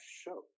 show